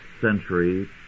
century